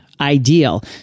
Ideal